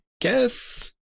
guess